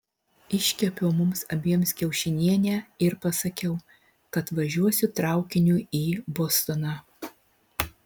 iškepiau mums abiem kiaušinienę ir pasakiau kad važiuosiu traukiniu į bostoną